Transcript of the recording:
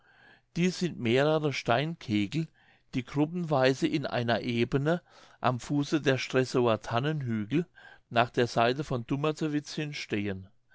dies sind mehrere steinkegel die gruppenweise in einer ebene am fuße der stresower tannenhügel nach der seite von dummertewitz hin stehen